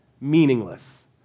meaningless